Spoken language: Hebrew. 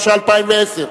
התש"ע 2010,